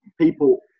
people